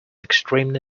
extremely